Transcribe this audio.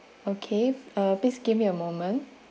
okay uh please give me a moment